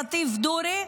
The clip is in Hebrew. לטיף דורי,